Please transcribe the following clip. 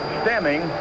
stemming